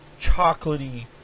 chocolatey